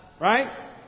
Right